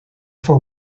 for